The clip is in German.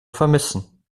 vermissen